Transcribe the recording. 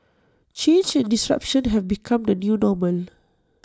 change and disruption have become the new normal